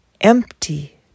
empty